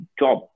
job